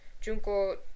Junko